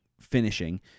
finishing